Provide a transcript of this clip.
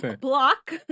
Block